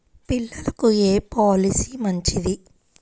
పిల్లలకు ఏ పొలసీ మంచిది?